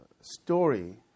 story